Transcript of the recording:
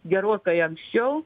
gerokai anksčiau